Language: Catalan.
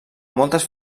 moltes